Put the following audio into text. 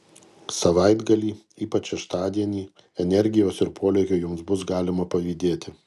savaitgalį ypač šeštadienį energijos ir polėkio jums bus galima pavydėti